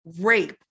rape